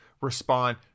respond